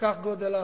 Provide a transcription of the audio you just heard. כך גודל האכזבה.